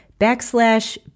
backslash